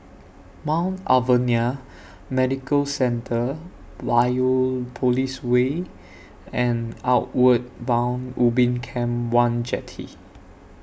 Mount Alvernia Medical Centre Biopolis Way and Outward Bound Ubin Camp one Jetty